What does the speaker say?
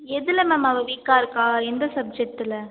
எதில் மேம் அவள் வீக்காக இருக்காள் எந்த சப்ஜெக்ட்டில்